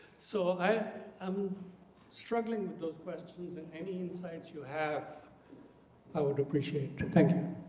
so i am struggling with those questions, and any insights you have i would appreciate. thank